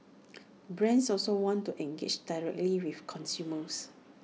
brands also want to engage directly with consumers